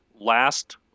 last